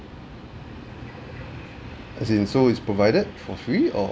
as in so it's provided for free or